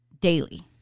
daily